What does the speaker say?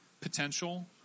potential